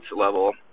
level